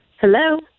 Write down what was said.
Hello